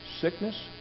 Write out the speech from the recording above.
Sickness